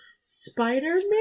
Spider-Man